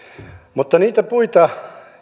mutta